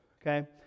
okay